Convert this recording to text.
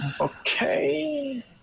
Okay